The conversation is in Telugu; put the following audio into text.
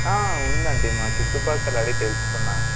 ఉందండి మా చుట్టుపక్కల అడిగి తెలుసుకున్నాను